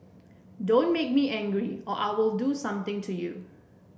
don't make me angry or I'll do something to you